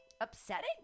upsetting